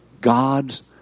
God's